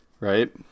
Right